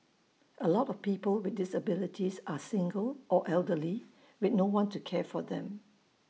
A lot of people with disabilities are single or elderly with no one to care for them